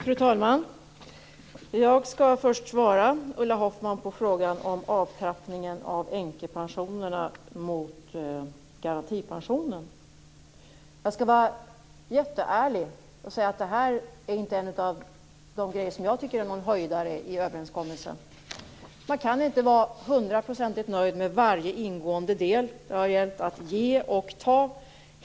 Fru talman! Jag skall först svara Ulla Hoffmann på frågan om avtrappningen av änkepensionerna mot garantipensionen. Jag skall vara jätteärlig: Detta är en av de saker jag inte tycker är någon "höjdare" i överenskommelsen. Jag kan inte vara hundraprocentigt nöjd i varje ingående del. Det har varit fråga om att ge och ta.